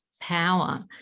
power